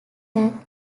back